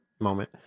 moment